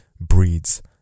breeds